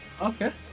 Okay